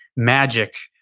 magic,